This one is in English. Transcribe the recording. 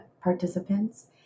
participants